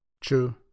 True